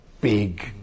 big